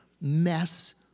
mess